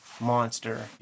monster